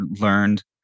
learned